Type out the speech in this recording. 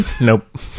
Nope